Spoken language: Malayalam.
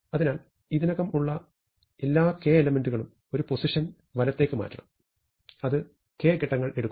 അതിനാൽ ഇതിനകം ഉള്ള എല്ലാ k എലെമെന്റുകളും ഒരു പൊസിഷൻ വലത്തേക്ക് മാറ്റണം അത് k ഘട്ടങ്ങൾ എടുക്കുന്നു